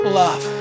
love